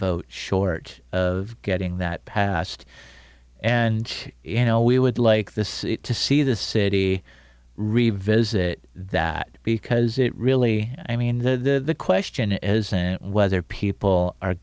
vote short of getting that passed and you know we would like this to see the city revisit that because it really i mean the question isn't whether people are